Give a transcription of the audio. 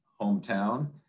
hometown